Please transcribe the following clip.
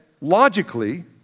logically